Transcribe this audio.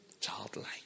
childlike